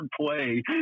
play